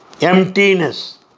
emptiness